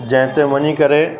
जंहिंते वञी करे